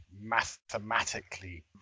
mathematically